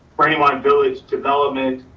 brandywine village development,